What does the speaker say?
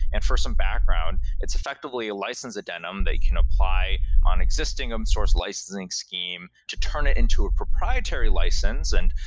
and for some background, it's effectively a license addendum that you can apply on existing open um source licensing scheme to turn it into a proprietary license. and